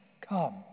Come